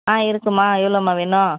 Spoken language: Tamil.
ஆ இருக்குதுமா எவ்வளோமா வேணும்